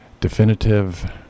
definitive